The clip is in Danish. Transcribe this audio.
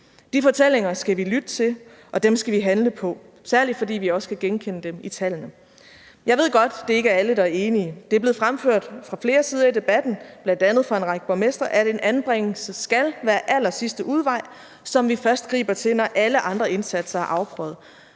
De fortællinger skal vi lytte til og dem skal vi handle på, særlig fordi vi også kan genkende dem i tallene. Jeg ved godt, at det ikke er alle, der er enige. Det er blevet fremført fra flere sider i debatten, bl.a. fra en række borgmestre, at en anbringelse skal være allersidste udvej, som vi først griber til, når alle andre indsatser er afprøvet.